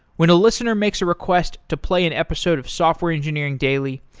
when a listener makes a request to play an episode of software engineering daily,